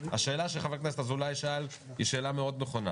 השאלה שחבר הכנסת אזולאי שאל היא שאלה מאוד נכונה.